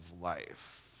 life